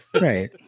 Right